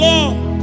Lord